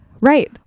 Right